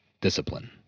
Discipline